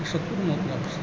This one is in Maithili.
एहिसँ कोन मतलब छै